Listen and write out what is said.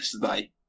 today